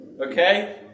Okay